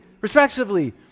respectively